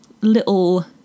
little